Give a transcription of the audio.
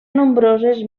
nombroses